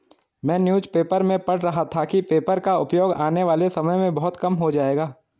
मैं newspaper में पढ़ रहा था कि पेपर का उपयोग आने वाले समय में बहुत कम हो जाएगा